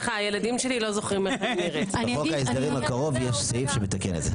יש סעיף שמתקן את זה.